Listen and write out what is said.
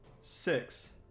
six